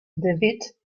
dewitt